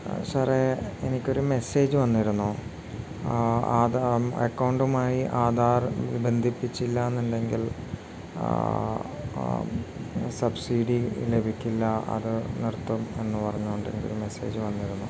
സാറേ എനിക്കൊരു മെസ്സേജ് വന്നിരുന്നു അക്കൗണ്ടുമായി ആധാർ ബന്ധിപ്പിച്ചില്ലയെന്നുണ്ടെങ്കിൽ സബ്സിഡി ലഭിക്കില്ല അത് നിർത്തും എന്നു പറഞ്ഞുകൊണ്ട് എനിക്കൊരു മെസ്സേജ് വന്നിരുന്നു